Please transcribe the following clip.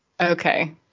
Okay